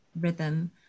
rhythm